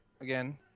again